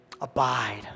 abide